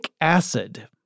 acid